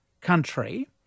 country